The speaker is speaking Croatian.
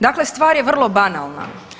Dakle, stvar je vrlo banalna.